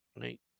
right